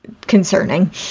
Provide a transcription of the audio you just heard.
concerning